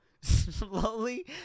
Slowly